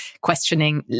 questioning